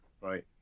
right